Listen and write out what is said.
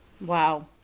Wow